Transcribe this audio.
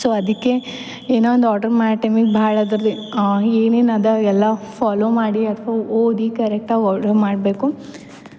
so ಅದಕ್ಕೆ ಏನೋ ಒಂದು ಆಡ್ರ್ ಮಾಡಿದ ಟೈಮಿಗೆ ಭಾಳ ಅದ್ರದ್ದು ಏನೇನು ಅದಾ ಎಲ್ಲ ಫಾಲೋ ಮಾಡಿ ಅದು ಫುಲ್ ಓದಿ ಕರೆಕ್ಟಾಗಿ ಆರ್ಡರ್ ಮಾಡಬೇಕು